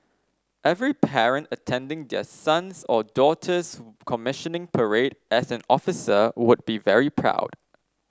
every parent attending their sons or daughter's commissioning parade as an officer would be very proud